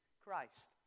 Christ